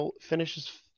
finishes